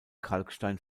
kalkstein